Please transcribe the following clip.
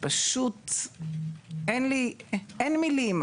פשוט אין לי מילים,